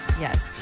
Yes